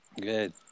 Good